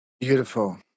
Beautiful